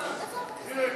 מרגע זה,